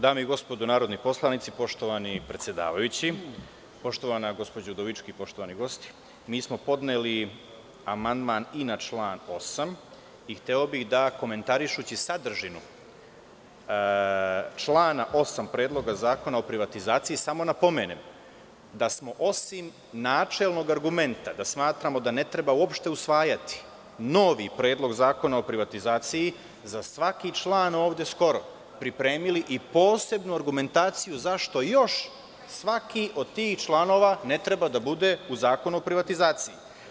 Dame i gospodo narodni poslanici, poštovani predsedavajući, poštovana gospođo Udovički, poštovani gosti, mi smo podneli amandman i na član 8. i hteo bih da, komentarišući sadržinu člana 8. Predloga Zakona o privatizaciji, samo napomenem da smo osim načelnog argumenta da ne treba uopšte usvajati novi predlog Zakona o privatizaciji, za svaki član ovde skoro, pripremili i posebnu argumentaciju zašto svaki od tih članova ne treba da bude u Zakonu o privatizaciji.